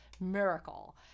miracle